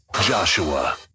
Joshua